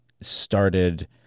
started